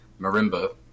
marimba